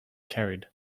carried